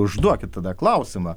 užduokit tada klausimą